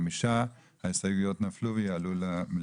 5. הצבעה לא אושר ההסתייגויות נפלו ויעלו למליאה.